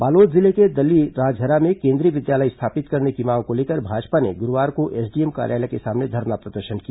बालोद जिले के दल्लीराजहरा में केंद्रीय विद्यालय स्थापित करने की मांग को लेकर भाजपा ने गुरूवार को एसडीएम कार्यालय के सामने धरना प्रदर्शन किया